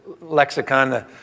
lexicon